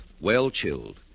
well-chilled